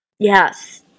Yes